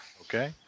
Okay